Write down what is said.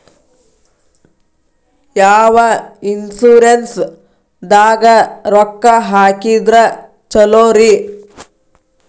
ಯಾವ ಇನ್ಶೂರೆನ್ಸ್ ದಾಗ ರೊಕ್ಕ ಹಾಕಿದ್ರ ಛಲೋರಿ?